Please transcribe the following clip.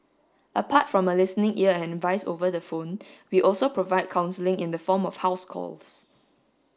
apart from a listening ear and advice over the phone we also provide counselling in the form of house calls